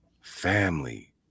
family